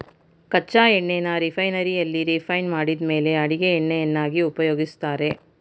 ಕಚ್ಚಾ ಎಣ್ಣೆನ ರಿಫೈನರಿಯಲ್ಲಿ ರಿಫೈಂಡ್ ಮಾಡಿದ್ಮೇಲೆ ಅಡಿಗೆ ಎಣ್ಣೆಯನ್ನಾಗಿ ಉಪಯೋಗಿಸ್ತಾರೆ